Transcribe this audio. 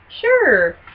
Sure